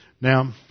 Now